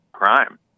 Crime